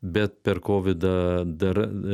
bet per kovidą dar